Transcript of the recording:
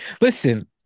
Listen